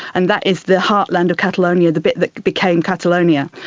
and that is the heartland of catalonia, the bit that became catalonia.